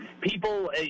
people